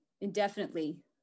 indefinitely